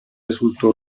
resultó